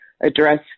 address